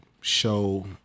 show